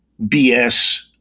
BS